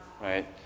right